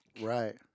right